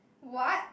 what